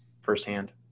firsthand